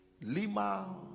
Lima